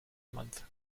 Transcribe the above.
month